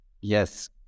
yes